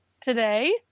today